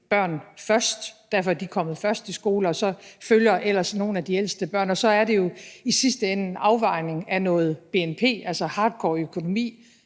børn først. Derfor er de kommet først i skole. Og så følger ellers nogle af de ældste børn. Det er jo i sidste ende en afvejning af noget bnp, altså hardcore økonomi,